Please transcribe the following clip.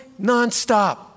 nonstop